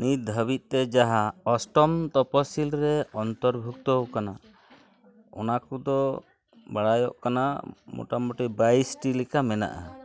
ᱱᱤᱛ ᱫᱷᱟᱹᱵᱤᱡ ᱛᱮ ᱡᱟᱦᱟᱸ ᱚᱥᱴᱚᱢ ᱛᱚᱯᱚᱥᱤᱞᱤ ᱨᱮ ᱚᱱᱛᱚᱨᱵᱷᱩᱠᱛ ᱟᱠᱟᱱᱟ ᱚᱱᱟ ᱠᱚᱫᱚ ᱵᱟᱲᱟᱭᱚᱜ ᱠᱟᱱᱟ ᱢᱳᱴᱟᱢᱩᱴᱤ ᱵᱟᱭᱤᱥᱴᱤ ᱞᱮᱠᱟ ᱢᱮᱱᱟᱜᱼᱟ